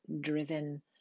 driven